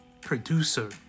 producer